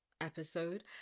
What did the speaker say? episode